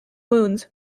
wounds